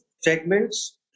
segments